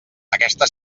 aquesta